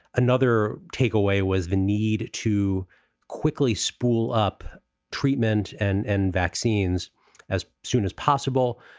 another takeaway was the need to quickly spool up treatment and and vaccines as soon as possible.